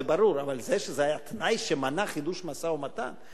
אבל זה שזה היה תנאי שמנע חידוש משא-ומתן?